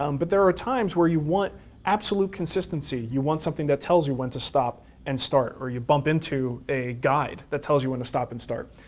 um but there are times where you want absolute consistency. you want something that tells you when to stop and start or you bump into a guide that tells you when to stop and start.